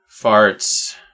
farts